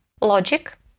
logic